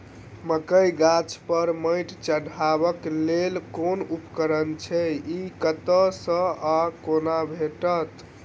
मकई गाछ पर मैंट चढ़ेबाक लेल केँ उपकरण छै? ई कतह सऽ आ कोना भेटत?